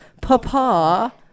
Papa